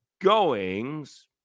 goings